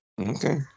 Okay